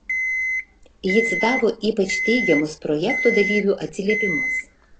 ji citavo ypač teigiamus projekto dalyvių atsiliepimus